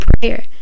prayer